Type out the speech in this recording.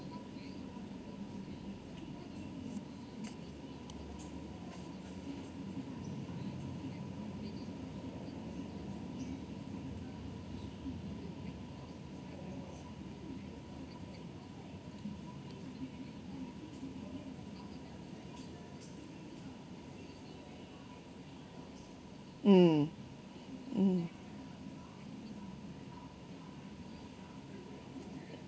mm mm